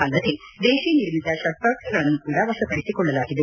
ಅಲ್ಲದೇ ದೇಶೀ ನಿರ್ಮಿತ ಶಸ್ತಾಸ್ತಗಳನ್ನು ಕೂಡ ವಶಪಡಿಸಿಕೊಳ್ಳಲಾಗಿದೆ